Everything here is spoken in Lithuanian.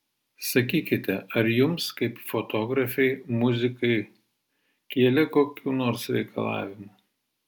sakykite ar jums kaip fotografei muzikai kėlė kokių nors reikalavimų